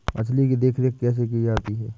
मछली की देखरेख कैसे की जाती है?